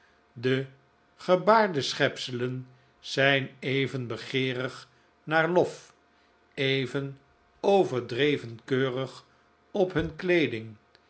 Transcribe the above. de gebaarde schepselen zijn even begeerig naar lof even overdreven keurig op hun kleeding